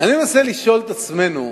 אני מנסה לשאול את עצמנו,